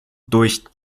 durch